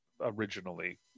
originally